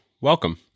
welcome